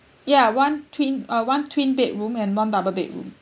ya one twin uh one twin bedroom and one double bedroom